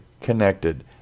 connected